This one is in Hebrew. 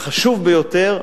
חשוב ביותר,